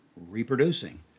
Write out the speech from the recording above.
reproducing